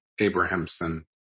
Abrahamson